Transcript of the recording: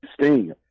Sting